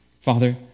Father